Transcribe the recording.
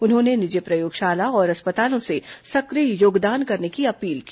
उन्होंने निजी प्रयोगशाला और अस्पतालों से सक्रिय योगदान करने की अपील की